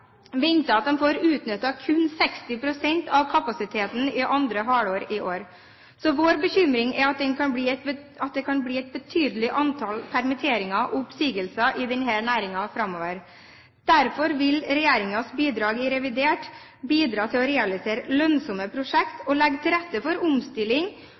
venter at de får utnyttet kun 60 pst. av kapasiteten i andre halvår i år, så vår bekymring er at det kan bli et betydelig antall permitteringer og oppsigelser i denne næringen framover. Derfor vil regjeringens bidrag i revidert bidra til å realisere lønnsomme prosjekter, legge til rette for omstilling